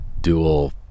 dual